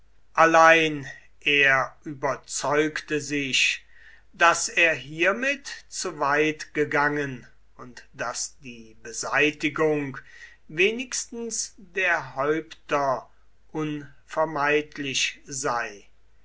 allein er überzeugte sich daß er hiermit zu weit gegangen und daß die beseitigung wenigstens der häupter unvermeidlich sei